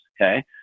okay